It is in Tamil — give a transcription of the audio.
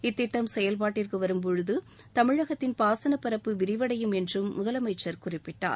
இத்திட்டம் செயல்பாட்டிற்கு வரும்போது தமிழகத்தின் பாசனப் பரப்பு விரிவடையும் என்றும் முதலமைச்சர் குறிப்பிட்டார்